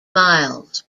miles